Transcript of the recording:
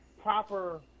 proper